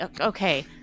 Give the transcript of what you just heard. Okay